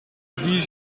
dix